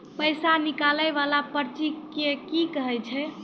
पैसा निकाले वाला पर्ची के की कहै छै?